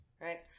right